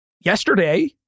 Yesterday